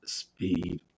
speed